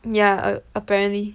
yeah a- apparently